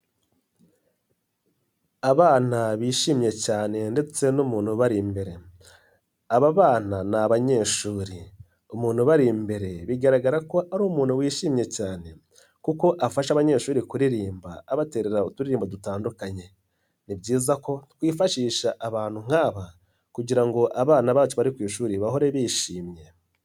Abana bishimye cyane ndetse n'umuntu bari imbere, aba bana ni abanyeshuri umuntu uba imbere bigaragara ko ari umuntu wishimye cyane kuko afasha abanyeshuri kuririmba abaterera uturimbo dutandukanye, ni byiza ko twifashisha abantu nk'aba kugira ngo abana bacu bari ku ishuri bahore bishimye.